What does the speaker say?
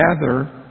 together